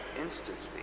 instantly